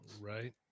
Right